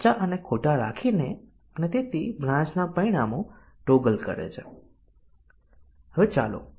compiler બીજી અભિવ્યક્તિની તપાસ કરશે નહીં કે તે સાચું છે કે ખોટું